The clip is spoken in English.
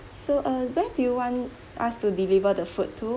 so uh where do you want us to deliver the food to